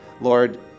Lord